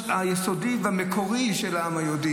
לא, לא, אדוני יעלה את זה במסגרת שאלת ההמשך,